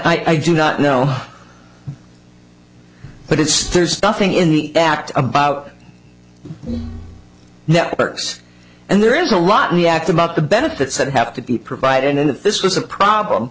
that i do not know but it's there's nothing in the act about that and there is a lot in the act about the benefits that have to be provided and if this was a problem